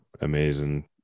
amazing